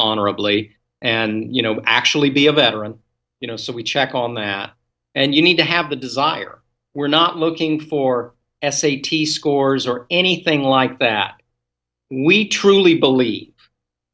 honorably and you know actually be a veteran you know so we check on that and you need to have the desire we're not looking for s a t s scores or anything like that we truly believe